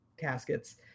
caskets